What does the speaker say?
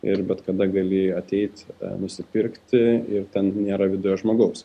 ir bet kada gali ateit nusipirkti ir ten nėra viduje žmogaus